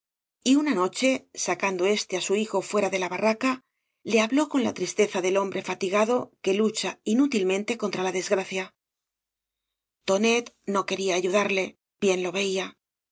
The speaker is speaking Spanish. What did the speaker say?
y una noche sacando éate á su hijo fuera de la barraca le habló con la tristeza del hombre fatigado que lucha inútilmente contra la desgracia tonet no quería ayudarle bien lo veía